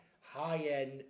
high-end